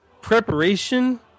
preparation